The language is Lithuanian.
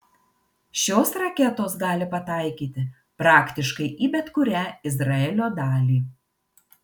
šios raketos gali pataikyti praktiškai į bet kurią izraelio dalį